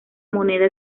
moneda